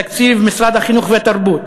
בתקציב משרד החינוך והתרבות,